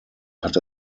hatte